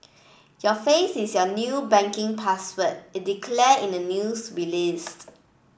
your face is your new banking password it declared in the news release